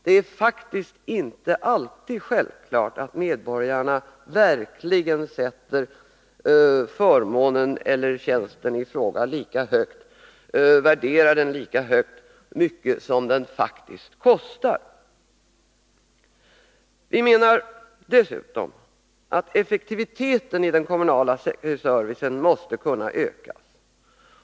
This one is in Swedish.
Det är faktiskt inte alltid självklart att medborgarna verkligen värderar förmånen eller tjänsten i fråga lika högt som kostnaden. Vi menar dessutom att effektiviteten i den kommunala servicen måste kunna ökas.